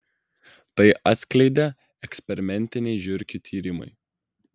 tai atskleidė eksperimentiniai žiurkių tyrimai